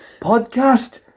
podcast